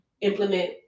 implement